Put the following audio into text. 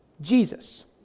Jesus